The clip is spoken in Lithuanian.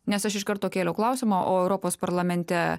nes aš iš karto kėliau klausimą o europos parlamente